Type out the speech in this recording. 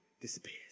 Disappears